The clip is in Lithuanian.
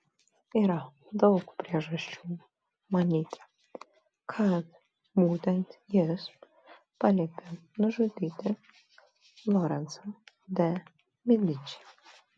yra daug priežasčių manyti kad būtent jis paliepė nužudyti lorencą de medičį